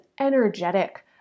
energetic